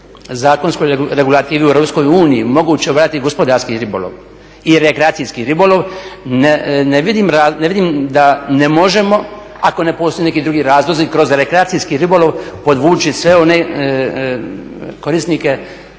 zakonskoj regulativi u EU moguće … gospodarski ribolov i rekreacijski ribolov. Ne vidim da ne možemo ako ne postoje neki drugi razlozi kroz rekreacijski ribolov podvući sve one korisnike